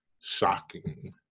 shocking